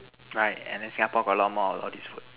right and then Singapore got a lot more of these food